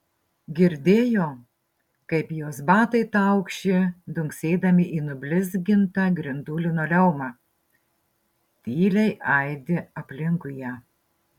girdėjo kaip jos batai taukši dunksėdami į nublizgintą grindų linoleumą tyliai aidi aplinkui ją